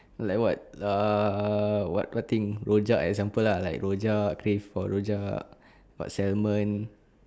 like what uh what what thing rojak example lah like rojak crave for rojak got salmon